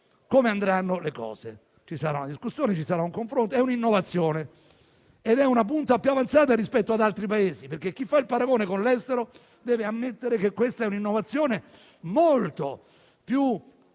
come andranno le cose. Ci saranno discussioni, ci sarà un confronto: è un'innovazione ed è una punta più avanzata rispetto ad altri Paesi. Infatti, chi fa il paragone con l'estero deve ammettere che questa è un'innovazione molto più